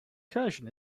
recursion